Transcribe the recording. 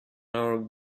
our